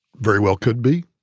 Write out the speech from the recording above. very well could be.